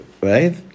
Right